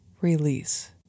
release